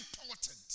important